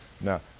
Now